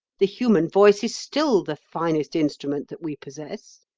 the human voice is still the finest instrument that we possess.